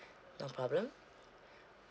no problem